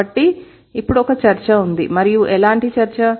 కాబట్టి ఇప్పుడు ఒక చర్చ ఉంది మరియు ఎలాంటి చర్చ